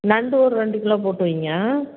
நண்டு ஒரு ரெண்டு கிலோ போட்டு வைங்க